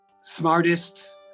smartest